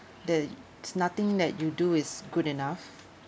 there is nothing that you do is good enough